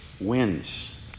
wins